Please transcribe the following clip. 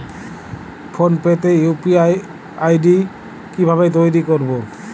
Phone pay তে UPI ID কি ভাবে তৈরি করবো?